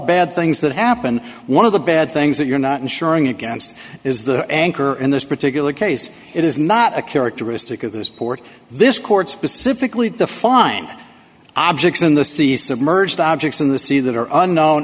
bad things that happen one of the bad things that you're not insuring against is the anchor in this particular case it is not a characteristic of the support this court specifically defined objects in the sea submerged objects in the sea that are un